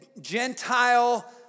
Gentile